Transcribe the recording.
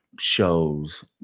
shows